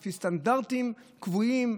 לפי סטנדרטים קבועים,